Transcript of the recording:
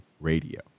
Radio